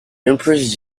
empress